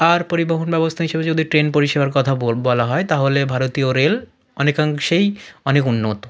আর পরিবহণ ব্যবস্থা হিসেবে যদি ট্রেন পরিষেবার কথা বলা হয় তাহলে ভারতীয় রেল অনেকাংশেই অনেক উন্নত